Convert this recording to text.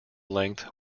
length